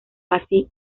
así